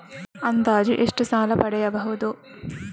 ಅಂದಾಜು ಎಷ್ಟು ಸಾಲ ಪಡೆಯಬಹುದು?